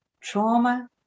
Trauma